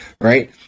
right